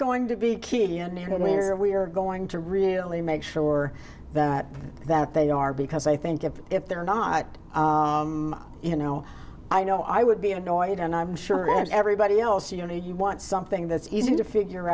going to be key and where we are going to really make sure that that they are because i think of if they're not you know i don't i would be annoyed and i'm sure everybody else you know you want something that's easy to figure